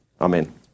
Amen